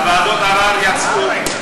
ועדות הערר יצאו.